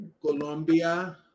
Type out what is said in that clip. colombia